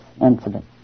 incident